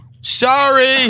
Sorry